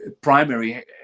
primary